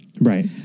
Right